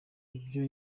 ibyo